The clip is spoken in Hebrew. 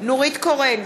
נורית קורן,